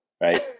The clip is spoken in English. right